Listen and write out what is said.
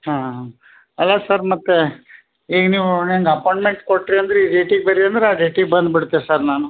ಹಾಂ ಹಾಂ ಅಲ್ಲ ಸರ್ ಮತ್ತೇ ಈಗ ನೀವು ನಂಗೆ ಅಪೊಯಿಟ್ಮೆಂಟ್ ಕೊಟ್ಟಿರಂದ್ರೆ ಡೇಟಿಗೆ ಬರ್ರಿ ಅಂದ್ರೆ ಆ ಡೇಟಿಗೆ ಬಂದುಬಿಡ್ತೀನಿ ಸರ್ ನಾನು